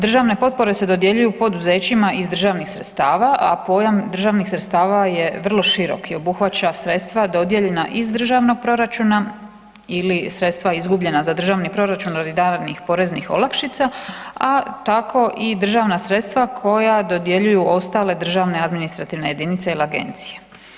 Državne potpore se dodjeljuju poduzećima iz državnih sredstava, a pojam državnih sredstava je vrlo širok i obuhvaća sredstva dodijeljena iz državnog proračuna ili sredstva izgubljena za državni proračun … poreznih olakšica, a tako i državna sredstva koja dodjeljuju ostale državne administrativne jedinice ili agencije.